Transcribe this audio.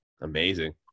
amazing